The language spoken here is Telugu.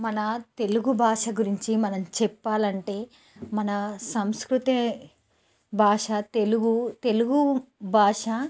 మన తెలుగు భాష గురించి మనం చెప్పాలంటే మన సంస్కృతి భాష తెలుగు తెలుగు భాష